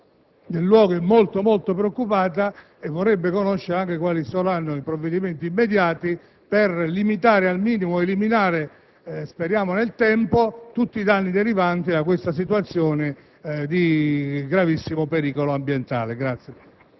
è molto, molto preoccupata e vorrebbe conoscere i provvedimenti immediati per limitare al minimo o eliminare - speriamo - nel tempo i danni derivanti da questa situazione di gravissimo pericolo ambientale.